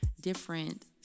different